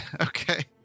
Okay